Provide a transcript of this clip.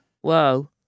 Whoa